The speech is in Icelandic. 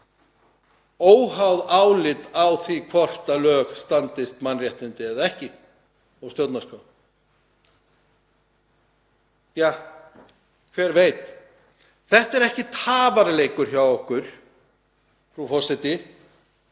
óháð álit á því hvort lög standist mannréttindi eða ekki og stjórnarskrá? Ja, hver veit? Þetta er ekki tafaleikur hjá okkur, frú forseti,